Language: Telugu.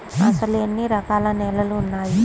అసలు ఎన్ని రకాల నేలలు వున్నాయి?